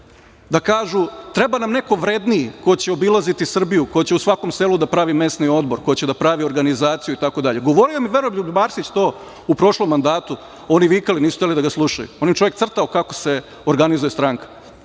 da kažu – treba nam neko vredniji ko će obilaziti Srbiju, ko će u svakom selu da pravi mesni odbor, ko će da pravi organizaciju itd. Govorio im Veroljub Arsić to u prošlom mandatu, oni vikali, nisu hteli da ga slušaju, on je čovek crtao kako se organizuje stranka,